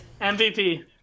MVP